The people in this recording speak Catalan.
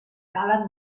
calen